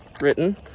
written